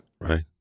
Right